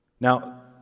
Now